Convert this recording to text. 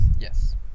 Yes